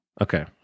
Okay